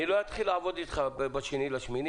אני לא אתחיל לעבוד איתך ב-2 באוגוסט,